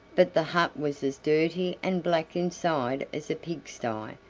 but the hut was as dirty and black inside as a pigsty,